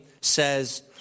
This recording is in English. says